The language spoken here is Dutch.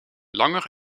langer